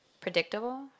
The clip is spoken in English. predictable